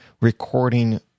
recording